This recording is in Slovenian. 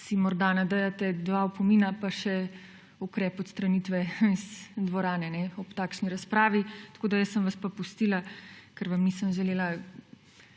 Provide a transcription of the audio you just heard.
si morda lahko nadejate dva opomina in še ukrep odstranitve iz dvorane ob takšni razpravi. Jaz sem vas pa pustila, ker vam nisem želela